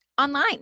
online